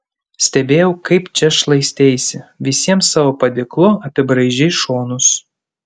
stebėjau kaip čia šlaisteisi visiems savo padėklu apibraižei šonus